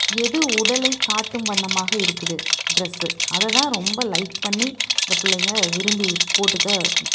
எது உடலை காட்டும் வண்ணமாக இருக்குது ட்ரெஸ்ஸு அதை தான் ரொம்ப லைக் பண்ணி இந்த பிள்ளைங்க விரும்பி போட்டுக்க